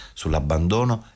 sull'abbandono